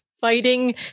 fighting